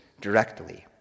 directly